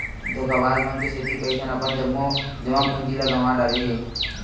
धोखेबाज मन के सेती कइझन अपन जम्मो जमा पूंजी ल गंवा डारे हे